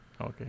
Okay